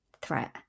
threat